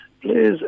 please